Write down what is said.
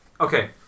Okay